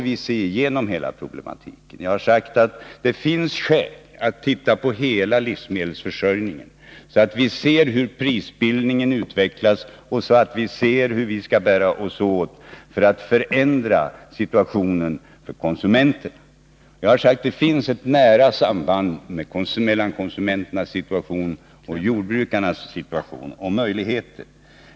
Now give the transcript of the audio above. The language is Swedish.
Jag har sagt att det finns skäl att titta på hela livsmedelsförsörjningen, så att vi kan se hur prisbildningen utvecklas och hur vi skall bära oss åt för att förändra situationen för konsumenterna. Jag har sagt att det finns ett nära samband mellan konsumenternas situation och jordbrukarnas situation och möjligheter.